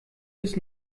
bis